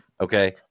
Okay